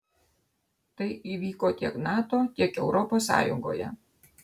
tai įvyko tiek nato tiek europos sąjungoje